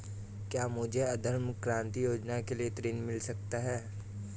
क्या मुझे उद्यम क्रांति योजना से ऋण मिल सकता है?